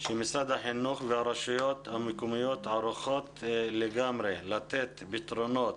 שמשרד החינוך והרשויות המקומיות ערוכות לגמרי לתת פתרונות